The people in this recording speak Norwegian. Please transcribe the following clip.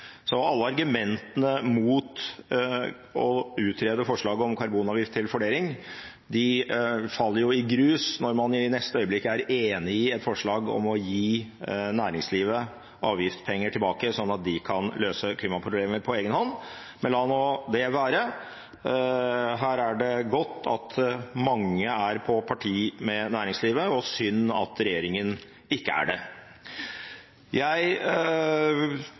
så alle argumentene mot å utrede forslaget om karbonavgift til fordeling faller i grus når man i neste øyeblikk er enig i et forslag om å gi næringslivet avgiftspenger tilbake sånn at de kan løse klimaproblemer på egen hånd. Men la nå det være, her er det godt at mange er på parti med næringslivet og synd at regjeringen ikke er det. Jeg synes det er hyggelig at folk roser forslagets nytenking, og jeg